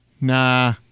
nah